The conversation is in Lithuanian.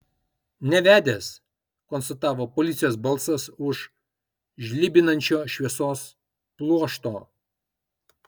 nevedęs konstatavo policijos balsas už žlibinančio šviesos pluošto